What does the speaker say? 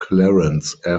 clarence